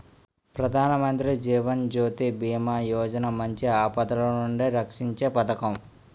ప్రధానమంత్రి జీవన్ జ్యోతి బీమా యోజన మంచి ఆపదలనుండి రక్షీంచే పదకం